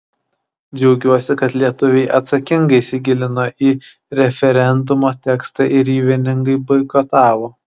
džiaugiuosi kad lietuviai atsakingai įsigilino į referendumo tekstą ir jį vieningai boikotavo